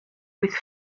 with